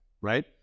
right